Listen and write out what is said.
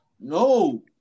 No